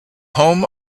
home